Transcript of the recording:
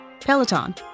Peloton